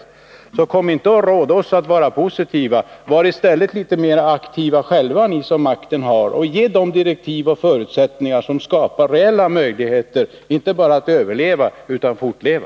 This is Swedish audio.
Kom alltså inte och råd oss att vara positiva — var i stället litet mer aktiva själva, ni som makten har, och ge de direktiv och förutsättningar som skapar reella möjligheter att inte bara överleva utan också fortleva.